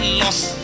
lost